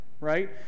right